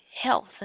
health